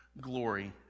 glory